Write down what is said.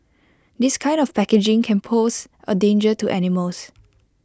this kind of packaging can pose A danger to animals